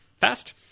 Fast